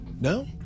No